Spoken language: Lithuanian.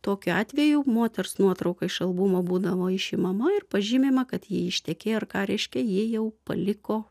tokiu atveju moters nuotrauka iš albumo būdavo išimama ir pažymima kad ji ištekėjo ir ką reiškia ji jau paliko